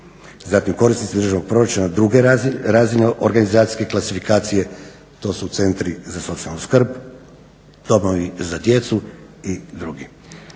Zatim korisnici državnog proračuna druge razine organizacijske klasifikacije to su centri za socijalnu skrb, domovi za djecu i drugi.